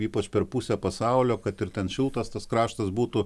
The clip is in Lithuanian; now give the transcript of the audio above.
ypač per pusę pasaulio kad ir ten šiltas tas kraštas būtų